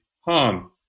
harm